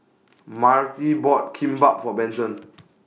Myrtie bought Kimbap For Benson